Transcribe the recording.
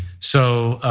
so,